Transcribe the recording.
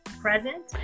Present